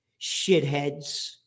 shitheads